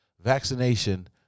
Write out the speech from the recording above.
vaccination